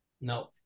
No